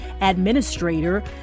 Administrator